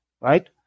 right